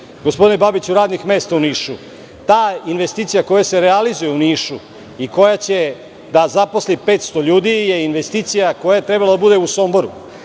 gospodine Babiću, radnih mesta u Nišu. Ta investicija koja se realizuje u Nišu i koja će da zaposli 500 ljudi je investicija koja je trebalo da bude u Somboru.